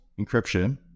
encryption